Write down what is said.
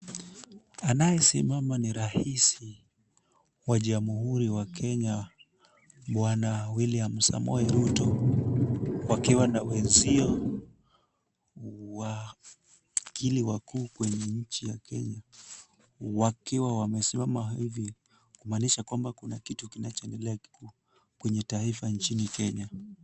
Anayesimama ni rais wa jamhuri wa Kenya Bwana William Samoei Ruto, wakiwa na wenzio wakili wakuu kwenye nchi ya Kenya, wakiwa wamesimama hivi, kumaanisha kwamba kuna kitu kinachoendelea kikuu, kwenye taifa nchini Kenya.